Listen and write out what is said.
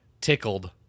tickled